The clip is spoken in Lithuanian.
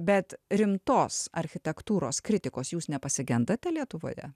bet rimtos architektūros kritikos jūs nepasigendate lietuvoje